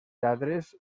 lladres